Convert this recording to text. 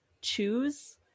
choose